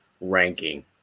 ranking